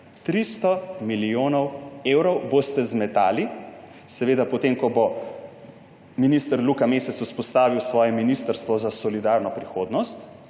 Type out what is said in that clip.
300 milijonov evrov boste zmetali, ko bo minister Luka Mesec vzpostavil svoje ministrstvo za solidarno prihodnost